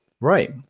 right